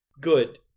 Good